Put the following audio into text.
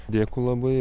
dėkui labai